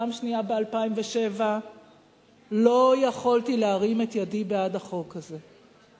פעם שנייה ב-2007; לא יכולתי להרים את ידי בעד החוק הזה.